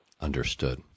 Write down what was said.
Understood